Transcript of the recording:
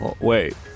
Wait